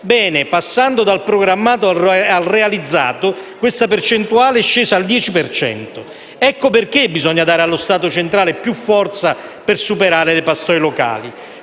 Bene, passando dal programmato al realizzato, questa percentuale è scesa al 10 per cento. Ecco perché bisogna dare allo Stato centrale più forza per superare le pastoie locali.